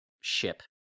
ship